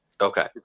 Okay